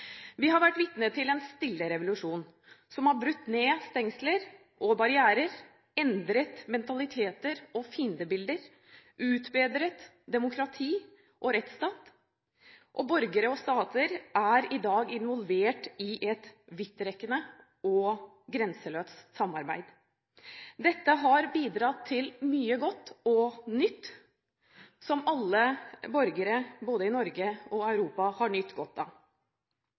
Vi har vært vitne til en stille revolusjon som har brutt ned stengsler og barrierer, endret mentaliteter og fiendebilder og utbedret demokrati og rettsstat. Og borgere og stater er i dag involvert i et vidtrekkende og grenseløst samarbeid. Dette har bidratt til mye godt og nytt som alle borgere, både i Norge og i Europa, har nytt godt av.